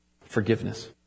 forgiveness